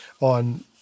on –